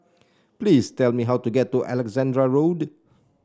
please tell me how to get to Alexandra Road